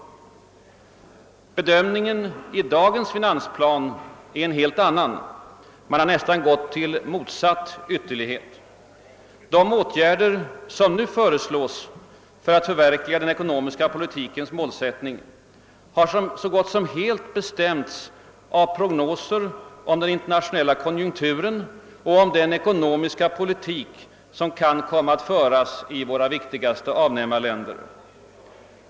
Bedömningen i dagens finansplan är en annan. Man har nästan gått till motsatt ytterlighet. De åtgärder som nu föreslås för att förverkliga den ekonomiska politikens målsättning har så gott som helt bestämts av prognoser rörande den internationella konjunkturen och den ekonomiska politik som kan komma att föras i våra viktigaste avnämarländer.